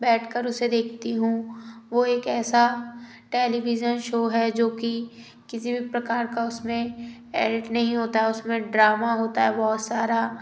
बैठ कर उसे देखती हूँ वो एक ऐसा टैलीविजन शो है जो कि किसी भी प्रकार का उसमें एडिट नहीं होता उसमें ड्रामा होता है बहुत सारा